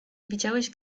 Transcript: widziałeś